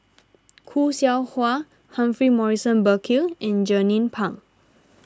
Khoo Seow Hwa Humphrey Morrison Burkill and Jernnine Pang